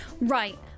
Right